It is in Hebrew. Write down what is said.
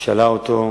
והיא שאלה אותו: